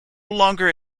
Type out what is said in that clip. longer